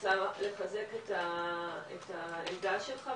רוצה לחזק את הדעה שלך,